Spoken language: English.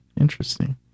Interesting